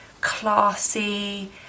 classy